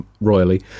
royally